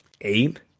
eight